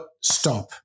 stop